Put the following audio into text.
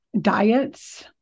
diets